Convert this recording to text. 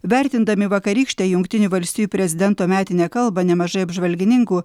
vertindami vakarykštę jungtinių valstijų prezidento metinę kalbą nemažai apžvalgininkų